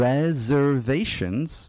Reservations